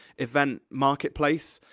event marketplace.